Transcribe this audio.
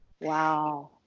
Wow